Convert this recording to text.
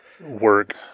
work-